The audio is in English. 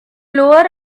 lower